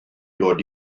dod